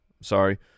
Sorry